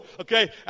Okay